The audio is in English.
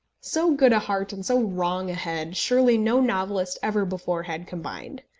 so good a heart, and so wrong a head, surely no novelist ever before had combined!